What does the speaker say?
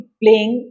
playing